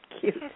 cute